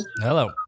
Hello